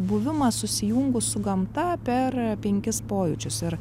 buvimas susijungus su gamta per penkis pojūčius ir